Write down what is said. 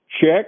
Check